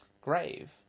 grave